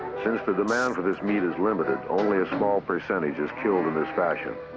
since the demand for this meat is limited, only a small percentage is killed in this fashion.